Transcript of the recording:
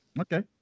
Okay